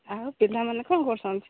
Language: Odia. ଆଉ ପିଲାମାନେ କ'ଣ କରୁଛନ୍ତି